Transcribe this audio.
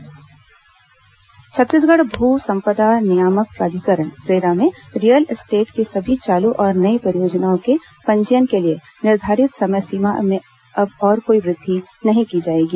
RERA पंजीयन छत्तीसगढ़ भू सम्पदा नियामक प्राधिकरण रेरा में रियल एस्टेट की सभी चालू और नई परियोजनाओं के पंजीयन के लिए निर्धारित समय सीमा में अब और कोई वृद्धि नहीं की जाएगी